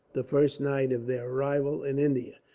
the first night of their arrival in india,